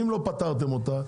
אם לא פתרתם אותה,